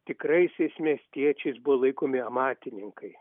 tikraisiais miestiečiais buvo laikomi amatininkai